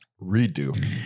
Redo